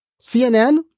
CNN